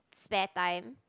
spare time